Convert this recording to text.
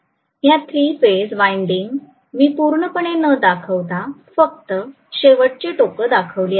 ह्या three phase winding मी पूर्णपणे न दाखवता फक्त शेवटची टोके दाखवली आहे